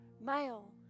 male